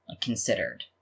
considered